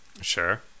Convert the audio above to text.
Sure